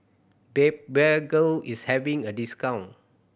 is having a discount